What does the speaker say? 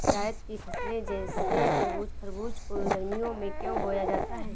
जायद की फसले जैसे तरबूज़ खरबूज को गर्मियों में क्यो बोया जाता है?